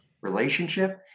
relationship